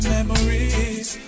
Memories